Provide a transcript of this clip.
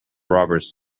robbers